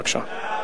בבקשה.